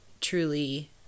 truly